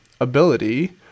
ability